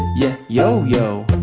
yeah yo-yo